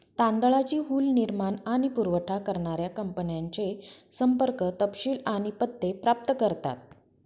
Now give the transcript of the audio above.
तांदळाची हुल निर्माण आणि पुरावठा करणाऱ्या कंपन्यांचे संपर्क तपशील आणि पत्ते प्राप्त करतात